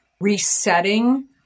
resetting